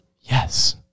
Yes